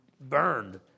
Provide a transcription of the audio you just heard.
burned